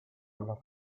alla